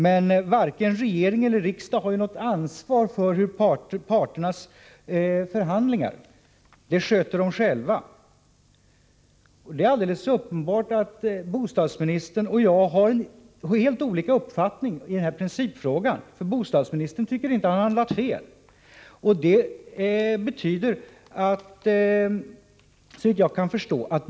Men varken regering eller riksdag har ju något ansvar för parternas förhandlingar |— dessa sköter de själva. Det är alldeles uppenbart att bostadsministern och jag har helt olika uppfattningar i denna principfråga, för bostadsministern tycker inte att han har handlat fel.